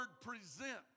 present